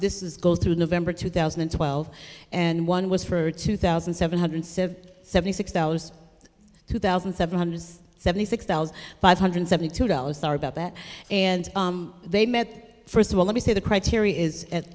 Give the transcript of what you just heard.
this is go through november two thousand and twelve and one was for two thousand seven hundred seven seventy six dollars two thousand seven hundred seventy six thousand five hundred seventy two dollars sorry about that and they met first of all let me say the criteria is at